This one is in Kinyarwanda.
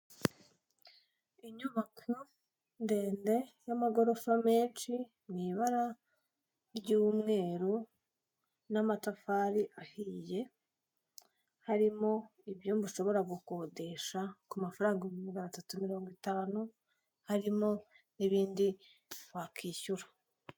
Inyubako ndende y'amagorofa menshi mu ibara ry'umweru n'amatafari ahiye, harimo ibyumba ushobora gukodesha ku mafaranga ibihumbi magana atatu mirongo itanu, harimo n'ibindi wakwishyura.